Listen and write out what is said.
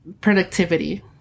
productivity